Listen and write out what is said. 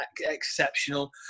exceptional